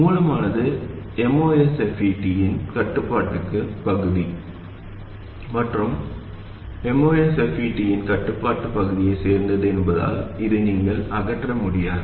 மூலமானது MOSFET இன் கட்டுப்பாட்டுப் பகுதி மற்றும் MOSFET இன் கட்டுப்பாட்டுப் பகுதியைச் சேர்ந்தது என்பதால் இதை நீங்கள் அகற்ற முடியாது